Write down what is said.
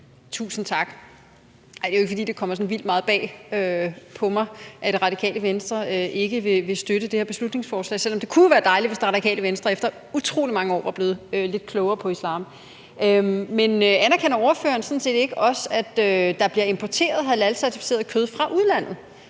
Tusind tak. Det er jo ikke, fordi det kommer så vildt meget bag på mig, at Radikale Venstre ikke vil støtte det her beslutningsforslag, selv om det jo kunne være dejligt, hvis Radikale Venstre efter utrolig mange år var blevet lidt klogere på islam. Men anerkender ordføreren sådan set ikke også, at der bliver importeret halalcertificeret kød fra udlandet